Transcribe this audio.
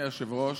אדוני היושב-ראש,